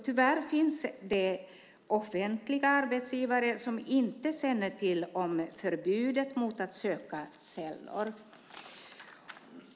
Tyvärr finns det offentliga arbetsgivare som inte känner till förbudet mot att söka källor.